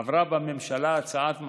עברה בממשלה הצעת מחליטים,